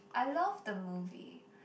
I love the movie